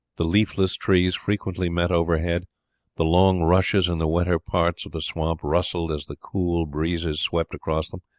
the leafless trees frequently met overhead the long rushes in the wetter parts of the swamp rustled as the cold breezes swept across them,